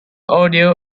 audio